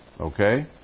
Okay